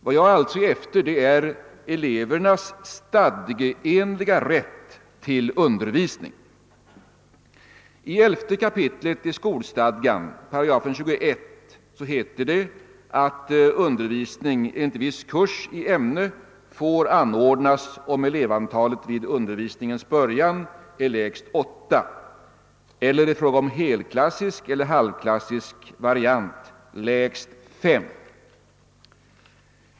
Jag är alltså ute efter elevernas stadgeenliga rätt till undervisning. I 11 kap. 21 § skolstadgan heter det att »undervisning enligt viss kurs i ämne får anordnas, om elevantalet vid undervisningens början är lägst åtta eller i fråga om helklassisk eller halvklassisk variant lägst fem».